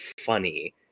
funny